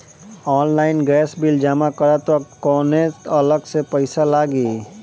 Online gas bill जमा करत वक्त कौने अलग से पईसा लागी?